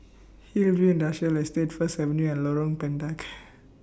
Hillview Industrial Estate First Avenue and Lorong Pendek